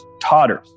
totters